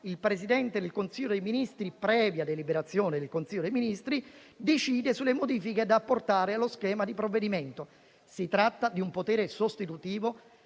il Presidente del Consiglio dei ministri, previa deliberazione del Consiglio dei ministri, decide sulle modifiche da apportare allo schema di provvedimento. Si tratta di un potere sostitutivo